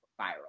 viral